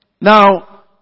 Now